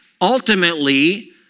ultimately